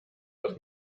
aus